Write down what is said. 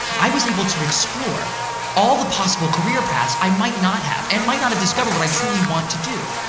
i was able to explore all the possible career paths i might not have and might not have discovered what i truly want to do.